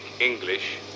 English